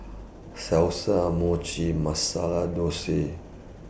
Salsa Mochi Masala Dosa